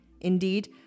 Indeed